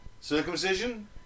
Circumcision